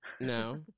No